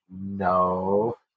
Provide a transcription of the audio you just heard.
no